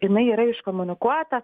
jinai yra iškomunikuota